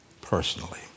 personally